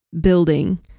building